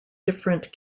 different